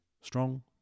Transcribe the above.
strong